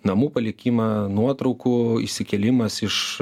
namų palikimą nuotraukų įsikėlimas iš